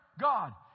God